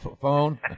phone